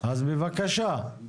אז בבקשה.